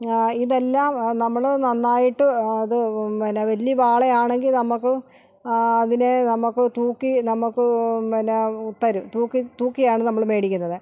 ഇതെല്ലം നമ്മൾ നന്നായിട്ട് അത് പിന്നെ വലിയ വാളായാണെങ്കിൽ നമുക്ക് അതിനെ നമുക്ക് തൂക്കി നമുക്ക് പിന്നെ തരും തൂക്കി തൂക്കിയാണ് നമ്മൾ മേടിക്കുന്നത്